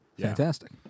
fantastic